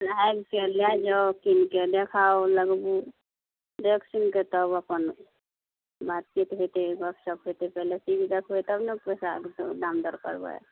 आबिके लए जाउ कीनके देखाउ लगबू देख सुनिके तब अपन मार्केट हेतै गपशप हेतै पहिले चीज देखबै तब ने पैसाके दाम दर करबै